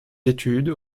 études